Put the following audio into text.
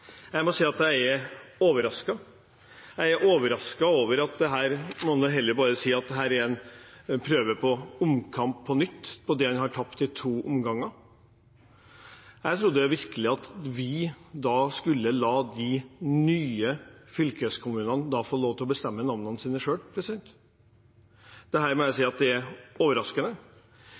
Jeg må si jeg er overrasket. Jeg er overrasket og må si at dette er å prøve på en omkamp om det en har tapt i to omganger. Jeg trodde virkelig at vi skulle la de nye fylkeskommunene få lov til å bestemme navnene sine selv. Dette må jeg si er overraskende.